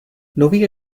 nový